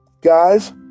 Guys